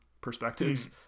perspectives